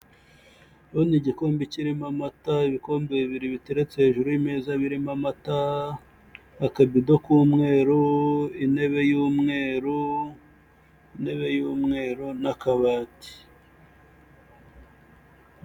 Ndabona igikombe kirimo amata, ibikombe bibiri biteretse hejuru y'imeza birimo amata, akabido k'umweru, intebe y'umweru, intebe y'umweru n'akabati.